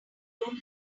have